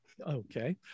Okay